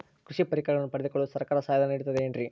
ಕೃಷಿ ಪರಿಕರಗಳನ್ನು ಪಡೆದುಕೊಳ್ಳಲು ಸರ್ಕಾರ ಸಹಾಯಧನ ನೇಡುತ್ತದೆ ಏನ್ರಿ?